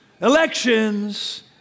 elections